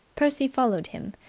percy followed him.